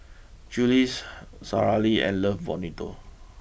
Julie's Sara Lee and love Bonito